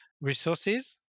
resources